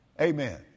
Amen